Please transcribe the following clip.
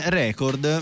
record